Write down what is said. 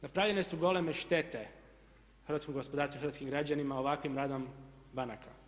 Napravljene su goleme štete hrvatskom gospodarstvu i hrvatskim građanima ovakvim radom banaka.